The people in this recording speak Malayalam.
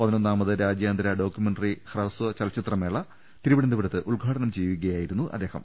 പതിനൊന്നാമത് രാജ്യാന്തര ഡോക്യുമെന്ററി ഹ്രസ്വ ചലച്ചിത്രമേള തിരുവന ന്തപുരത്ത് ഉദ്ഘാടനം ചെയ്യുകയായിരുന്നു അദ്ദേഹം